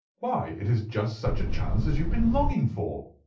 why, it is just such a chance as you have been longing for.